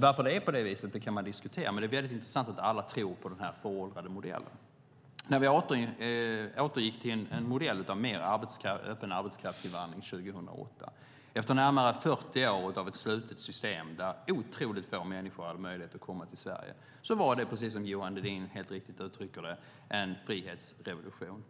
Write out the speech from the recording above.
Varför det är så kan man diskutera, men det är intressant att de alla tror på den här föråldrade modellen. När vi 2008 återgick vi till en modell med mer öppen arbetskraftsinvandring efter närmare 40 år av ett slutet system där otroligt få människor hade möjlighet att komma till Sverige var det, precis som Johan Hedin uttryckte det, en frihetsrevolution.